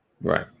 Right